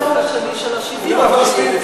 החלק השני של השוויון,